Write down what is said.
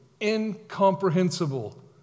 incomprehensible